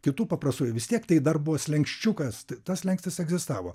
kitų paprastųjų vis tiek tai dar buvo slenksčiukas tas slenkstis egzistavo